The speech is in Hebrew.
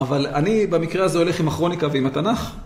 אבל אני, במקרה הזה, הולך עם הכרוניקה ועם התנ״ך.